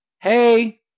hey